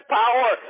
power